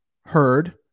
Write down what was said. heard